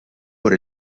por